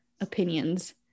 opinions